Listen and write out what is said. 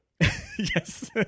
Yes